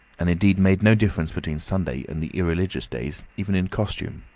and indeed made no difference between sunday and the irreligious days, even in costume.